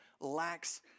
lacks